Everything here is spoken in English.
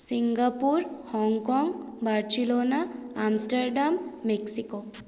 Singapore Hong Kong Barcelona Amsterdam Mexico